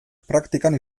praktikan